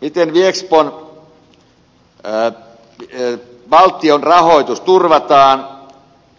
miten valtion rahoitus viexpolle turvataan